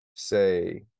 say